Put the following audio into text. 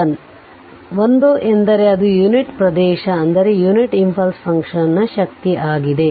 1 ಎಂದರೆ ಅದು ಯುನಿಟ್ ಪ್ರದೇಶ ಅಂದರೆ ಯುನಿಟ್ ಇಂಪಲ್ಸ್ ಫಂಕ್ಷನ್ ನ ಶಕ್ತಿ ಆಗಿದೆ